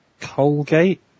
Colgate